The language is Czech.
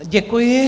Děkuji.